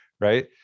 right